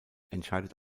entscheidet